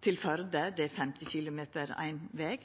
til Førde, det er 50 km éin veg,